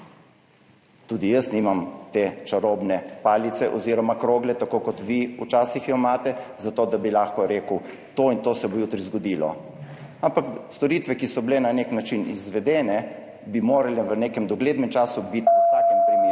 Tudi jaz nimam te čarobne palice oziroma krogle, tako kot jo vi včasih imate, za to, da bi lahko rekel, to in to se bo jutri zgodilo. Ampak storitve, ki so bile na nek način izvedene, bi morale v nekem doglednem času biti v vsakem primeru